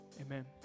Amen